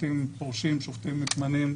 שופטים פורשים, שופטים מתמנים,